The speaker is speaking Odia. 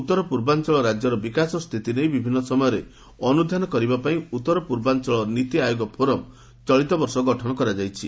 ଉତ୍ତର ପୂର୍ବାଞ୍ଚଳ ରାଜ୍ୟର ବିକାଶ ସ୍ଥିତି ନେଇ ବିଭିନ୍ନ ସମୟରେ ଅନୁଧ୍ଧାନ କରିବା ପାଇଁ ଉତ୍ତରପୂର୍ବାଞ୍ଚଳ ନୀତି ଆୟୋଗ ଫୋରମ ଚଳିତବର୍ଷ ଗଠନ କରାଯାଇଛି